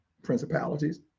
principalities